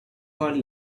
well